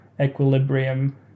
equilibrium